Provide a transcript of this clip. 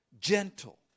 gentle